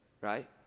right